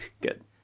good